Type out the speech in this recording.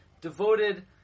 devoted